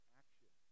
action